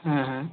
হ্যাঁ হ্যাঁ